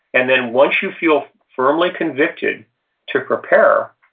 and then once you feel firmly convicted to prepare,